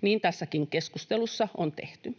Niin tässäkin keskustelussa on tehty.